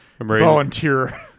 volunteer